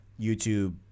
YouTube